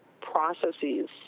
processes